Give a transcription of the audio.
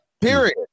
Period